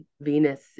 Venus